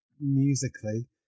musically